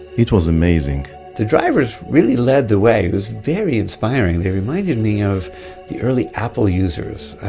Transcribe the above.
it was amazing the drivers really led the way, it was very inspiring, they reminded me of the early apple users,